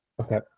Okay